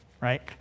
right